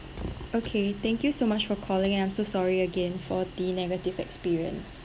okay thank you so much for calling and I'm so sorry again for the negative experience